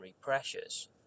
pressures